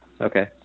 okay